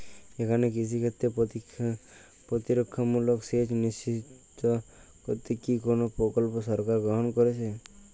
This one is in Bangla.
এখানে কৃষিক্ষেত্রে প্রতিরক্ষামূলক সেচ নিশ্চিত করতে কি কোনো প্রকল্প সরকার গ্রহন করেছে?